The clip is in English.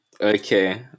Okay